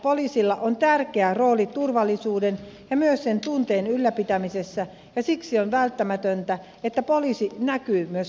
poliisilla on tärkeä rooli turvallisuuden ja myös sen tunteen ylläpitämisessä ja siksi on välttämätöntä että poliisi näkyy myös katukuvassa